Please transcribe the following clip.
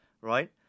right